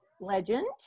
legend